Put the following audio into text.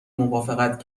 موافقت